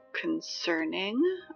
concerning